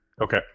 Okay